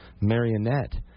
marionette